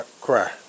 cry